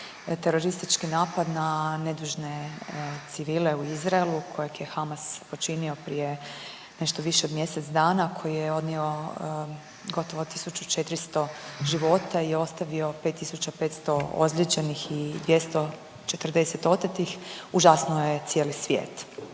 Teroristički napad na nedužne civile u Izraelu kojeg je Hamas počinio prije nešto više od mjesec dana koji je odnio gotovo 1400 života i ostavio 5500 ozlijeđenih i 240 otetih užasnu je cijeli svijet.